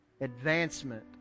advancement